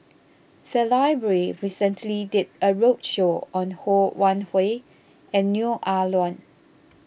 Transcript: the library recently did a roadshow on Ho Wan Hui and Neo Ah Luan